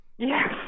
Yes